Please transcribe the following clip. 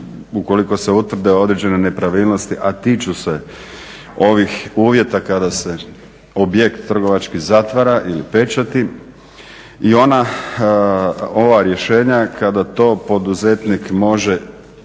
ukoliko se utvrde određene nepravilnosti, a tiču se ovih uvjeta kada se objekt trgovački zatvara ili pečati. I ova rješenja kada to poduzetnik može